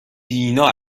دینا